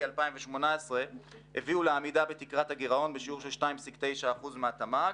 שנת 2018 הביאו לעמידה בתקרת הגירעון בשיעור של 2.9% מהתמ"ג.